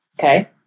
Okay